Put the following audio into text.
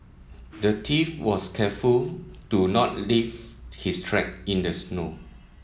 the thief was careful to not leave his track in the snow